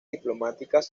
diplomáticas